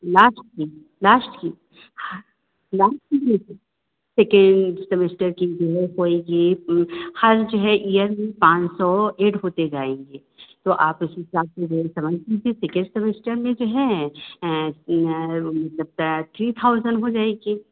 last fee last fee last fee second semester की जो है कोई एक हर एक हर ईयर में पाँच सौ एड होते जाएंगे तो आप उस हिसाब से रेट समझ लीजिए सकेंड सेमस्टर में जो है थ्री थाउजैंड हो जाएगी